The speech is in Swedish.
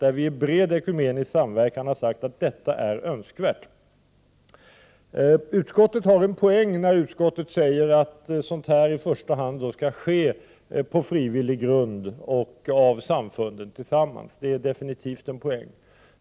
Vi har där i bred ekumenisk samverkan sagt att detta är önskvärt. Utskottet har en poäng när utskottet säger att sådant här i första hand skall ske på frivillig grund och göras av samfunden tillsammans. Det är avgjort en poäng.